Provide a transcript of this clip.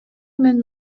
менин